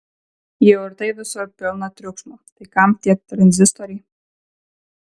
jau ir taip visur pilna triukšmo tai kam tie tranzistoriai